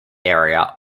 area